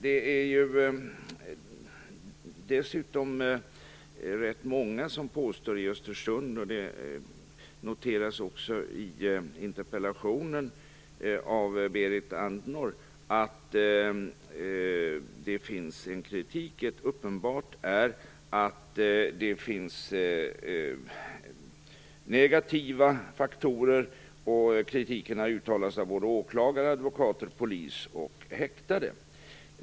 Det är dessutom rätt många i Östersund som påstår, vilket också noteras i interpellationen av Berit Andnor, att det finns en kritik. Uppenbart är att det finns negativa faktorer. Kritiken har uttalats av åklagare, advokater, polis och häktade.